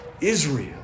Israel